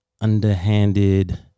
underhanded